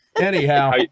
Anyhow